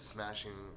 Smashing